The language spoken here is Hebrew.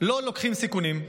לא לוקחים סיכונים.